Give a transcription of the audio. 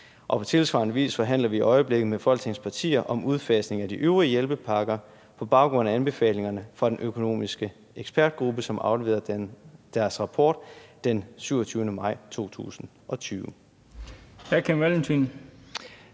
På tilsvarende vis forhandler vi i øjeblikket med Folketingets partier om udfasning af de øvrige hjælpepakker på baggrund af anbefalingerne fra den økonomiske ekspertgruppe, som afleverede deres rapport den 27. maj 2020.